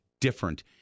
different